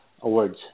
awards